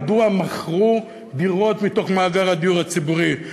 מדוע מכרו דירות מתוך מאגר הדיור הציבורי.